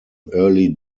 early